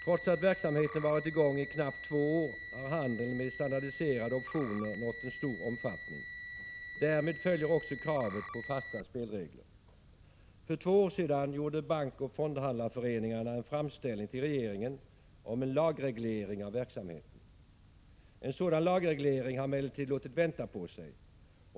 Trots att verksamheten varit i gång i knappt två år har handeln med standardiserade optioner nått en stor omfattning. Därmed följer också kravet på fasta spelregler. För två år sedan gjorde Bankföreningen och Fondhandlareföreningen en framställning till regeringen om en lagreglering av verksamheten. En sådan lagreglering har emellertid låtit vänta på sig.